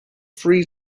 three